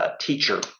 teacher